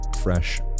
fresh